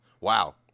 Wow